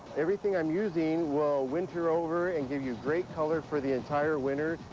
everything i'm using will winter over and give you a great color for the entire winter,